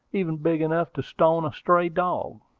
even big enough to stone a stray dog.